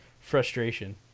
frustration